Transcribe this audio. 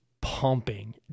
pumping